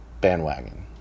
bandwagon